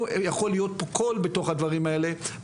אלא חייבים למצוא דרך שבה תהיה איזו שהיא סינרגיה,